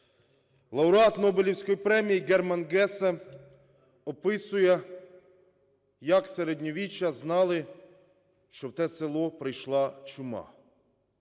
Лауреат Нобелівської премії Герман Гессе описує, як в середньовіччя знали, що в те село прийшла чума.